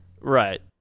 Right